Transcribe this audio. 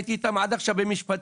עד עכשיו הייתי איתם במשפטים.